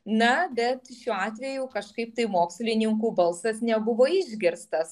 na bet šiuo atveju kažkaip tai mokslininkų balsas nebuvo išgirstas